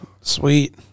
Sweet